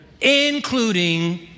including